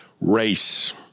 Race